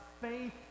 faith